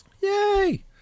Yay